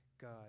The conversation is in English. God